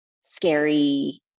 scary